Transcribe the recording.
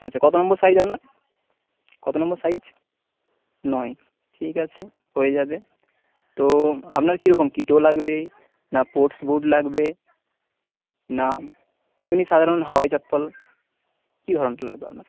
আচ্ছা কত নম্বর সাইজ আপনার কত নম্বর সাইজ নয় ঠিক আছে হয়ে যাবে তো আপনার কী রকম কিটো লাগবে না স্পোর্টস বুট লাগবে না এমনি সাধারণ হাওয়াই চপ্পল কী ধরনটা লাগবে আপনার